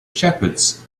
shepherds